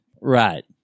Right